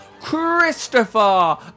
Christopher